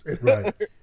Right